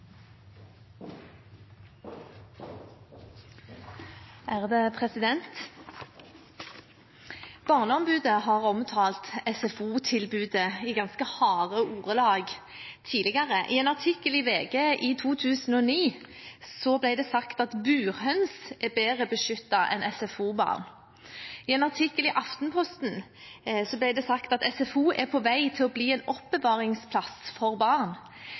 har omtalt SFO-tilbudet i ganske harde ordelag tidligere. I en artikkel i VG i 2009 ble det sagt at burhøns er bedre beskyttet enn SFO-barn. I en artikkel i Aftenposten ble det sagt at «SFO er på vei til å bli en oppbevaringsplass for barn».